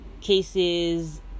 cases